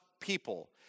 people